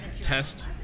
test